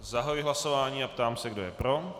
Zahajuji hlasování a ptám se, kdo je pro.